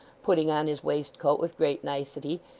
putting on his waistcoat with great nicety,